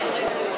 אדוני היושב-ראש,